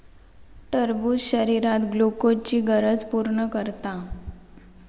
टरबूज शरीरात ग्लुकोजची गरज पूर्ण करता